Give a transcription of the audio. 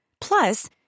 Plus